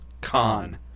Con